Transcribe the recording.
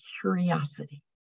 curiosity